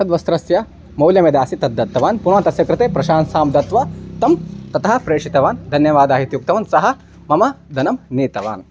तद् वस्त्रस्य मौल्यं यदासीत् तत् दत्तवान् पुनः तस्य कृते प्रशंसां दत्वा तं ततः प्रेषितवान् धन्यवादः इत्युक्तवान् सः मम धनं नीतवान्